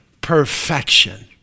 Perfection